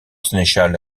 sénéchal